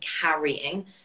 carrying